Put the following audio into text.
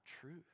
truth